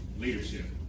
leadership